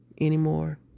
anymore